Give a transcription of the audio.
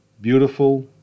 beautiful